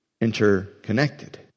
interconnected